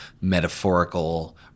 metaphorical